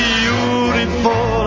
beautiful